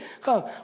Come